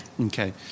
Okay